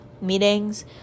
meetings